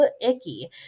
icky